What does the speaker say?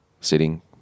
sitting